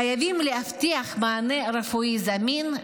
חייבים להבטיח מענה רפואי זמין,